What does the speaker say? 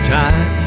time